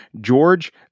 George